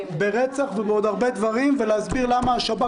ברצח ובעוד הרבה דברים ולהסביר למה השב"כ